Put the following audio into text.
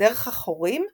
דרך החורים בצילינדר,